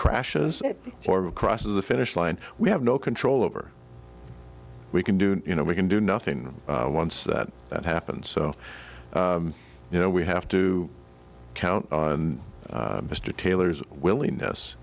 crashes form of crosses the finish line we have no control over we can do you know we can do nothing once that that happens so you know we have to count on mr taylor's willingness